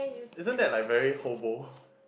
isn't that like very hobo